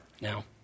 Now